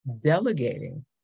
delegating